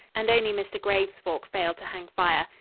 and only mr. graves' fork failed to hang fire.